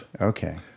okay